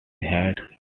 had